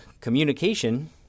communication